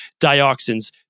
dioxins